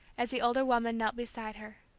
as the older woman knelt beside her.